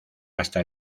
hasta